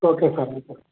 okay sir okay sir